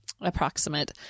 approximate